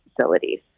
facilities